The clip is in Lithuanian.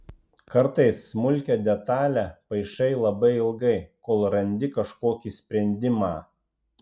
kartais smulkią detalią paišai labai ilgai kol randi kažkokį sprendimą